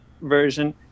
version